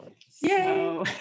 Yay